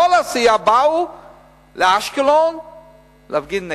כל הסיעה באה לאשקלון להפגין נגדי.